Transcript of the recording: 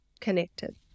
connected